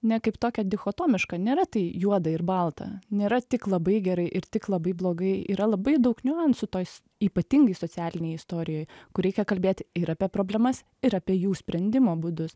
ne kaip tokią dichotomišką nėra tai juoda ir balta nėra tik labai gerai ir tik labai blogai yra labai daug niuansų toj ypatingai socialinėj istorijoj kur reikia kalbėti ir apie problemas ir apie jų sprendimo būdus